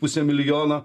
pusė milijono